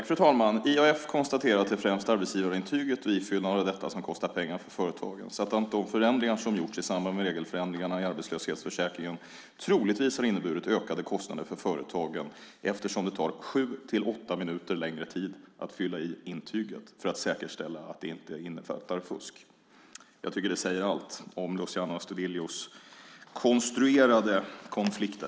Fru talman! IAF konstaterar att det främst är arbetsgivarintyget och ifyllandet av detta som kostar pengar för företagen samt att de förändringar som gjorts i samband med regelförändringarna i arbetslöshetsförsäkringen troligtvis har inneburit ökade kostnader för företagen eftersom det tar sju-åtta minuter längre tid att fylla i intyget för att säkerställa att det inte innefattar fusk. Jag tycker att det säger allt om Luciano Astudillos konstruerade konflikter.